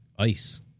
Ice